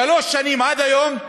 שלוש שנים, ועד היום,